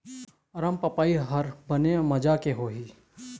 अरमपपई हर बने माजा के होही?